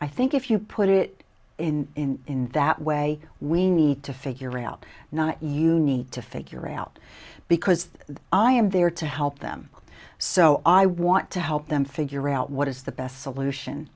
i think if you put it in that way we need to figure out not you need to figure out because i am there to help them so i want to help them figure out what is the best solution